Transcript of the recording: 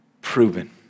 proven